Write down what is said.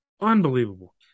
Unbelievable